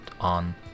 on